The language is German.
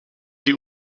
die